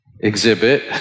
exhibit